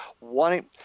wanting